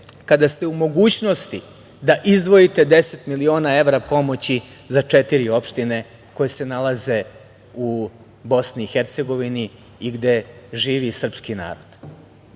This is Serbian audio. kada ste u mogućnosti da izdvojite 10 miliona evra pomoći za četiri opštine koje se nalaze u BiH i gde živi srpski narod.